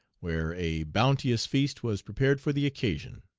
where a bounteous feast was prepared for the occasion.